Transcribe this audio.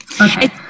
okay